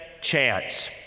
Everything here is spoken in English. chance